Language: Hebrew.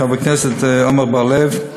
תודה לחבר הכנסת עמר בר-לב.